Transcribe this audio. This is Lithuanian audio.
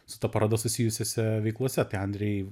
su ta paroda susijusiose veiklose andrej